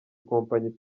ikompanyi